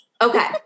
Okay